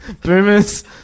boomers